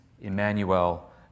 Emmanuel